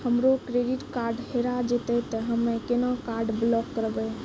हमरो credit card हेरा जेतै ते हम्मय केना कार्ड ब्लॉक करबै?